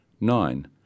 nine